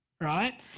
Right